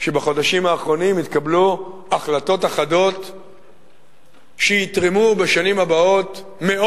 שבחודשים האחרונים התקבלו החלטות אחדות שיתרמו מאוד בשנים הבאות גם